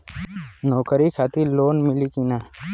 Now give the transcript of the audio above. नौकरी खातिर लोन मिली की ना?